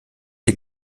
les